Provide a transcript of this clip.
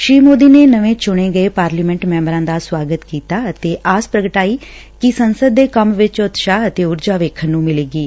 ਸ੍ਰੀ ਨਰੇਂਦਰ ਮੋਦੀ ਨੇ ਨਵੇਂ ਚੁਣੇ ਗਏ ਪਾਰਲੀਮੈਂਟ ਮੈਂਬਰਾਂ ਦਾ ਸੁਆਗਤ ਕੀਤਾ ਅਤੇ ਆਸ ਪ੍ਗਟਾਈ ਕਿ ਸੰਸਦ ਦੇ ਕੰਮ ਵਿਚ ਉਤਸ਼ਾਹ ਅਤੇ ਊਰਜਾ ਵੇਖਣ ਨੂੰ ਮਿਲੇਗੀ